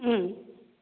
ও